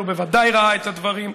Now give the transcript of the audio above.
אבל הוא בוודאי ראה את הדברים.